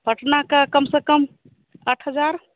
पटना का कम से कम आठ हज़ार